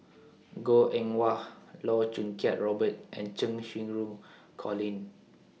Goh Eng Wah Loh Choo Kiat Robert and Cheng Xinru Colin